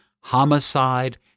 homicide